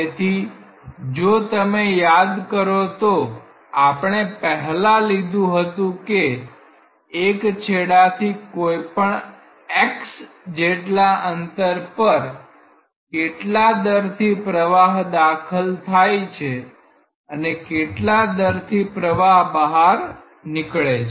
તેથી જો તમે યાદ કરો તો આપણે પહેલા લીધું હતું કે એક છેડાથી કોઇપણ x જેટલા અંતર પર કેટલા દરથી પ્રવાહ દાખલ થાય છે અને કેટલા દરથી પ્રવાહ બહાર નીકળે છે